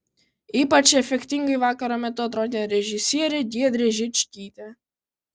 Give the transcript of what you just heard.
ypač efektingai vakaro metu atrodė režisierė giedrė žičkytė